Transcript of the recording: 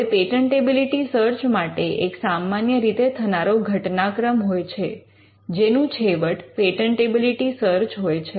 હવે patentability search માટે એક સામાન્ય રીતે થનારો ઘટનાક્રમ હોય છે જેનું છેવટ પેટન્ટેબિલિટી સર્ચ હોય છે